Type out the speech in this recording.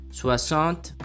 soixante